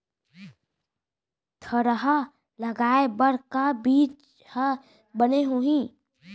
थरहा लगाए बर का बीज हा बने होही?